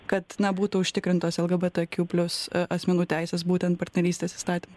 kad na būtų užtikrintos lgbt kiu plius asmenų teisės būtent partnerystės įstatymo